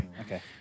Okay